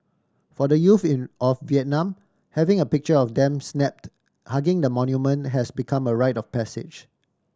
for the youth in of Vietnam having a picture of them snapped hugging the monument has become a rite of passage